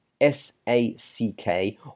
S-A-C-K